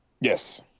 yes